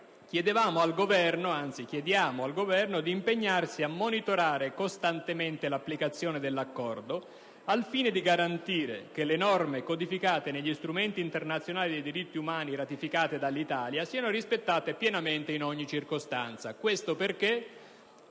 chiediamo al Governo di impegnarsi a monitorare costantemente l'applicazione dell'Accordo al fine di garantire che le norme codificate negli strumenti internazionali dei diritti umani, ratificate dall'Italia, siano rispettate pienamente in ogni circostanza.